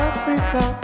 Africa